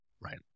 Right